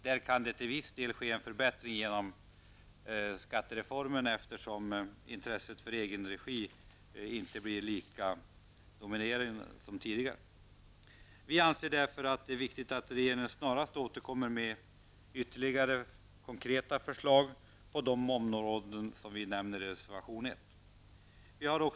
Där kan det till viss del ske en förbättring genom skattereformen eftersom intresset för egen regi inte blir lika dominerande som tidigare. Vi anser därför att det är viktigt att regeringen snarast återkommer med ytterligare konkreta förslag på de områden som nämns i reservation 1.